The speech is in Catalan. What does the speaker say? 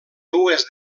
dues